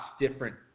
different